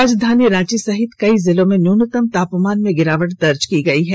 राजधानी रांची सहित कई जिलों में न्यूनतम तापमान में गिरावट दर्ज की गई है